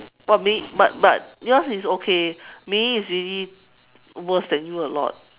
!wah! Mei-Yi but but yours is okay Mei-Yi is really worse than you a lot